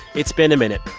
it's been a minute.